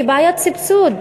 כבעיית סבסוד,